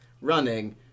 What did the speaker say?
running